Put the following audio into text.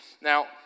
Now